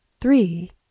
three